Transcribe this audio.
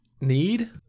need